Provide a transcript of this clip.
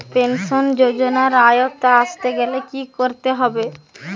Pension যজোনার আওতায় আসতে গেলে কি করতে হবে?